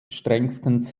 strengstens